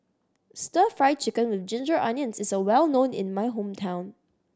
Stir Fried Chicken With Ginger Onions is well known in my hometown